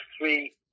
three